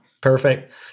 Perfect